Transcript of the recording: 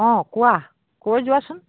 অঁ কোৱা কৈ যোৱাচোন